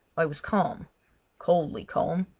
i was calm coldly calm,